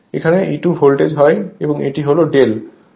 এখানে E2 voltage হয় এবং এটি হল ∂